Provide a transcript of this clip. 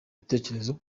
ibitekerezo